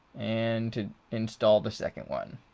and to install the second one,